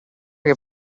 che